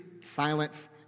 silence